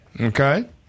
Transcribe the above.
Okay